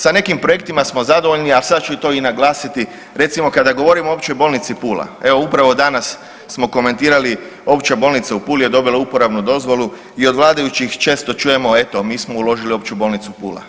Sa nekim projektima smo zadovoljni, a sad ću to i naglasiti, recimo kada govorimo o Općoj bolnici Pula, evo upravo danas smo komentirali, Opća bolnica u Puli je dobila uporabnu dozvolu i od vladajućih često čujemo, eto mi smo uložili u Opću bolnicu Pula.